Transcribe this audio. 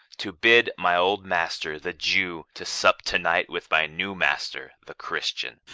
to bid my old master, the jew, to sup to-night with my new master, the christian.